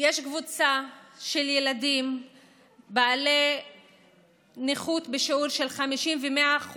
יש קבוצה של ילדים בעלי נכות בשיעור של 50% ו-100%